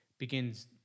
begins